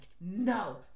no